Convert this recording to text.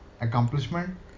accomplishment